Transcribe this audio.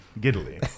Giddily